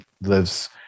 lives